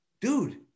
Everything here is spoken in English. dude